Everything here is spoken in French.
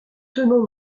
tenons